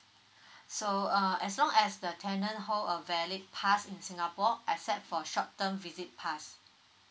so uh as long as the tenant hold a valid pass in singapore except for short term visit pass